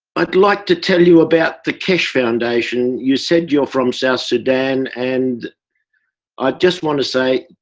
i'd like to tell you about the keshe foundation, you said you are from south sudan and i just wanna say,